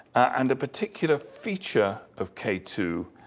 and the particular feature of k two,